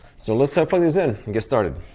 so let's so plug these in and get started.